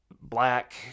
Black